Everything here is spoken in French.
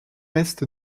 est